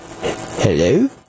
Hello